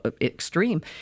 extreme